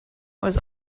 was